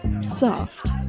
Soft